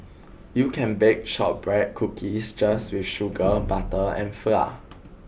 you can bake shortbread cookies just with sugar and butter and flour